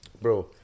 Bro